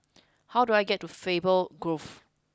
how do I get to Faber Grove